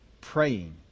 praying